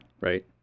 right